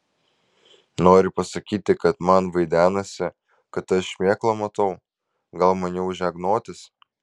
nori pasakyti kad man vaidenasi kad aš šmėklą matau gal man jau žegnotis